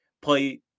play